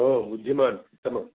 ओ बुद्धिमान् उत्तमम्